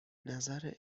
نظر